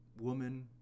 woman